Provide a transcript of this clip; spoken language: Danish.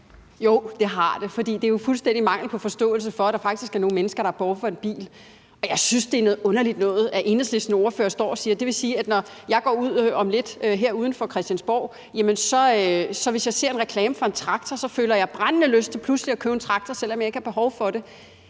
Jo, det har det. For det er jo fuldstændig en mangel på forståelse for, at der faktisk er nogle mennesker, der har behov for en bil. Og jeg synes, at det, Enhedslistens ordfører står og siger, er noget underligt noget – det vil sige, at når jeg om lidt går uden for Christiansborg, og hvis jeg ser en reklame for en traktor, så føler jeg en brændende lyst til pludselig at købe en traktor, selv om jeg ikke har behov for det.